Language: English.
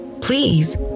Please